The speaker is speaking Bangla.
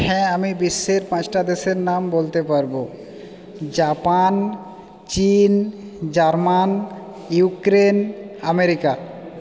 হ্যাঁ আমি বিশ্বের পাঁচটা দেশের নাম বলতে পারবো জাপান চীন জার্মান ইউক্রেন আমেরিকা